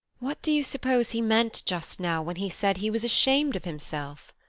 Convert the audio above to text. what do you suppose he meant just now when he said he was ashamed of himself?